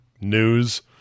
news